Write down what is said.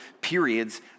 periods